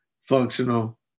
functional